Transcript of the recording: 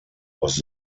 was